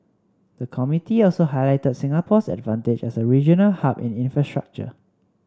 the committee also highlighted Singapore's advantage as a regional hub in infrastructure